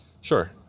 Sure